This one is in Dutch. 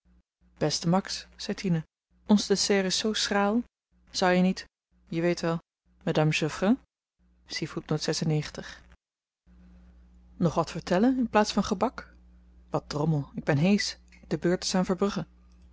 beste max zei tine ons dessert is zoo schraal zou je niet je weet wel madame geoffrin nog wat vertellen in plaats van gebak wat drommel ik ben heesch de beurt is aan verbrugge